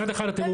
לא, לא, הוא